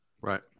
right